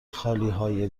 خالیهای